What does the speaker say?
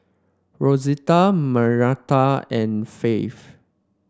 Rozella Margaretta and Faith